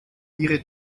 ihre